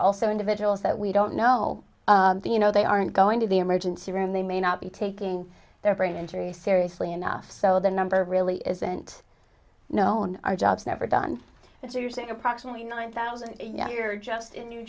also individuals that we don't know the you know they aren't going to the emergency room they may not be taking their brain injury seriously enough so the number really isn't known or jobs never done and you're seeing approximately nine thousand a year just in new